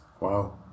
Wow